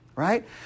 right